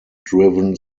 driven